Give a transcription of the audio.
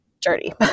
dirty